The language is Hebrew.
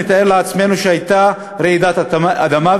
נתאר לעצמנו שהייתה רעידת אדמה,